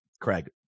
Craig